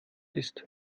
ist